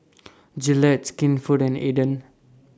Gillette Skinfood and Aden